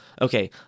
Okay